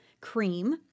Cream